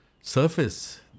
surface